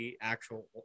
actual